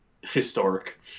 historic